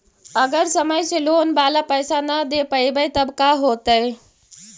अगर समय से लोन बाला पैसा न दे पईबै तब का होतै?